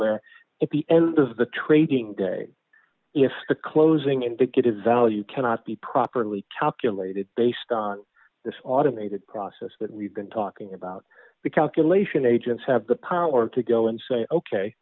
where if the elders the trading day if the closing indicative value cannot be properly calculated based on this automated process that we've been talking about the calculation agents have the power to go and say ok